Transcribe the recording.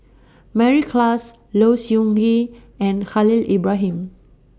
Mary Klass Low Siew Nghee and Khalil Ibrahim